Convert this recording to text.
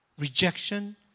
rejection